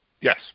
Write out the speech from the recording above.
yes